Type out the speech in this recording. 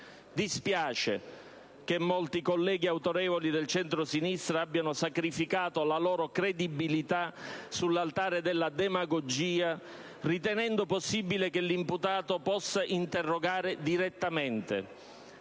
Dispiace che molti colleghi autorevoli del centrosinistra abbiano sacrificato la loro credibilità sull'altare della demagogia, ritenendo possibile che l'imputato possa interrogare direttamente: